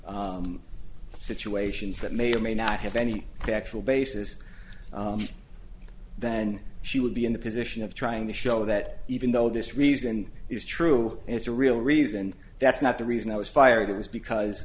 situations that may or may not have any factual basis then she would be in the position of trying to show that even though this reason is true it's a real reason and that's not the reason i was fired